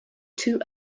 two